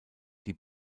die